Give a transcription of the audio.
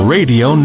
Radio